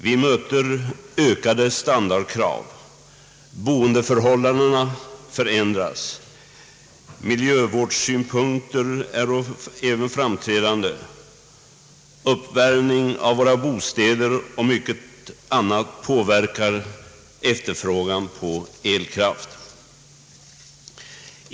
Vi möter ökade standardkrav, boendeförhållandena förändras, miljövårdssynpunkterna är framträdande och uppvärmningen av våra bostäder och mycket annat påverkar efterfrågan på elkraft.